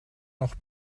noch